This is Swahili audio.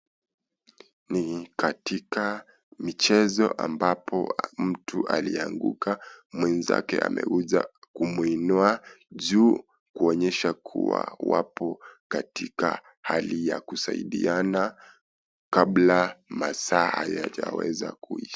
Ni katika michezo ambapo mtu alianguka na mwenzake amekuja kumuinua juu, kuonyesha kuwa wapo katika hali ya kusaidiana kabla masaa hayajaweza kuisha.